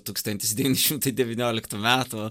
tūkstantis devyni šimtai devynioliktų metų